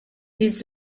des